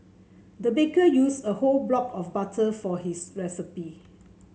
the baker used a whole block of butter for this recipe